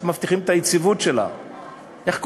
איך מבטיחים את היציבות שלה,